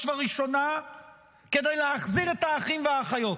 ובראשונה כדי להחזיר את האחים והאחיות.